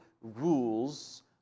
rules